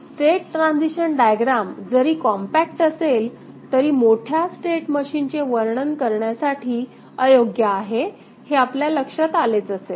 state transition diagram जरी compact असेल तरी मोठ्या स्टेट मशीनचे वर्णन करण्यासाठी अयोग्य आहे हे आपल्या लक्षात आलेच असेल